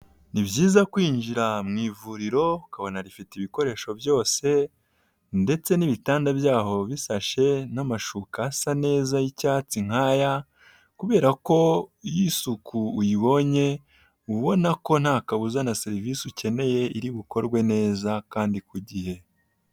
Ni byiza kwinjira mu ivuriro ukabona rifite ibikoresho byose ndetse n'ibitanda byaho bisashe n'amashuka asa neza y'icyatsi nk'aya kubera ko iyo isuku uyibonye ubona ko nta kabuza na serivise ukeneye iri bukorwe neza kandi ku gihe.